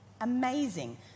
Amazing